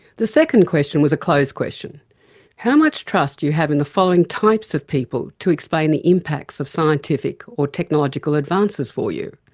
the second question was a closed question how much trust do you have in the following typesof people to explain the impacts of scientific or technological advances for you?